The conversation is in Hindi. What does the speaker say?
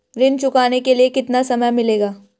ऋण चुकाने के लिए कितना समय मिलेगा?